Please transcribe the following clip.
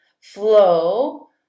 flow